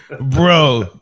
bro